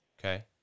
Okay